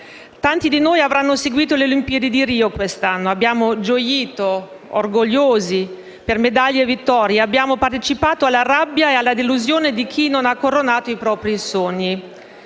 Tanti di noi quest'anno hanno seguito le Olimpiadi di Rio de Janeiro. Abbiamo gioito, orgogliosi per medaglie e vittorie, e abbiamo partecipato alla rabbia e alla delusione di chi non ha coronato i propri sogni.